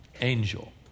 angel